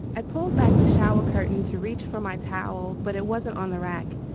i pulled back the shower curtain to reach for my towel, but it wasn't on the rack.